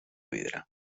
vidre